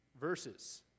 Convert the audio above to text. verses